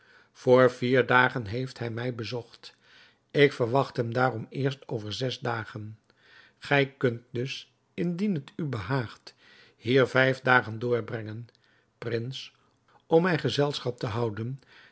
vr vier dagen heeft hij mij bezocht ik verwacht hem daarom eerst over zes dagen gij kunt dus indien het u behaagt hier vijf dagen doorbrengen prins om mij gezelschap te houden